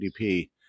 GDP